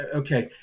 okay